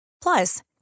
Plus